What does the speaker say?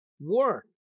work